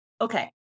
Okay